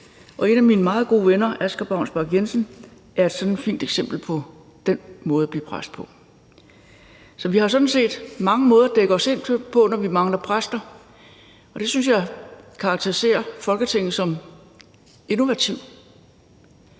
og en af mine meget gode venner, Asger Baunsbak-Jensen, er sådan et fint eksempel på den måde at blive præst på. Så vi har sådan set mange måder at dække os ind på, når vi mangler præster, og det synes jeg karakteriserer Folketinget som innovativt,